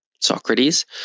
Socrates